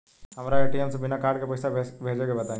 हमरा ए.टी.एम से बिना कार्ड के पईसा भेजे के बताई?